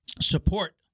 Support